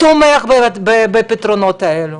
תומך בפתרונות האלו